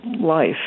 life